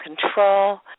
control